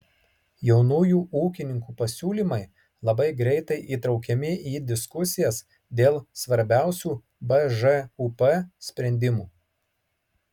jaunųjų ūkininkų pasiūlymai labai greitai įtraukiami į diskusijas dėl svarbiausių bžūp sprendimų